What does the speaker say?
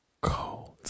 cold